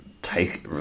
take